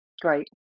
Great